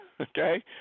okay